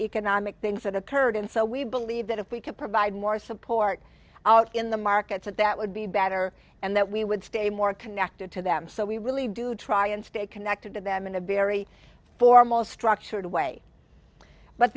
economic things that occurred and so we believe that if we could provide more support in the markets that that would be better and that we would stay more connected to them so we really do try and stay connected to them in a very formal structured way but